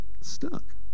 stuck